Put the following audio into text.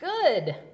good